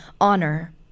honor